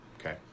Okay